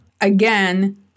again